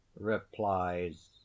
replies